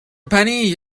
penny